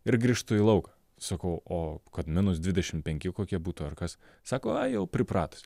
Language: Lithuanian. ir grįžtu į lauką sakau o kad minus dvidešim penki kokie būtų ar kas sako ai jau pripratus